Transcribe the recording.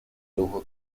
lujo